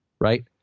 right